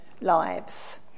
lives